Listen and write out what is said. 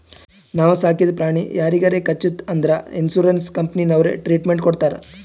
ನಾವು ಸಾಕಿದ ಪ್ರಾಣಿ ಯಾರಿಗಾರೆ ಕಚ್ಚುತ್ ಅಂದುರ್ ಇನ್ಸೂರೆನ್ಸ್ ಕಂಪನಿನವ್ರೆ ಟ್ರೀಟ್ಮೆಂಟ್ ಕೊಡ್ತಾರ್